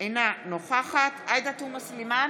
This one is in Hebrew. אינה נוכחת עאידה תומא סלימאן,